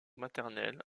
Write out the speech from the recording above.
maternelle